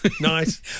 Nice